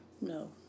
No